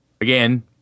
again